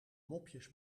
mopjes